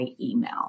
email